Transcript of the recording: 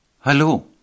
Hallo